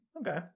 Okay